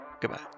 Goodbye